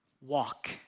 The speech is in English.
walk